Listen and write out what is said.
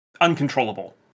uncontrollable